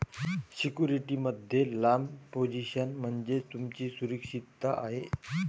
security मध्ये लांब position म्हणजे तुमची सुरक्षितता आहे